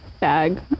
bag